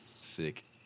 Sick